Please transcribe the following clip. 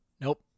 Nope